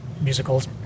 musicals